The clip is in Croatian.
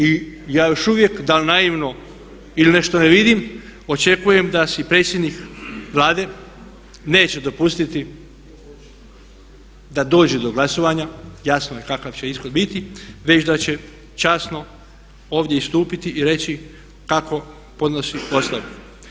I ja još uvijek dal' naivno ili ne što ne vidim očekujem da si predsjednik Vlade neće dopustiti da dođe do glasovanja, jasno je kakav će ishod biti već da će časno ovdje istupiti i reći kako podnosi ostavku.